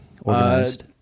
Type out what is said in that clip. Organized